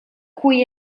cui